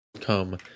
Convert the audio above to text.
come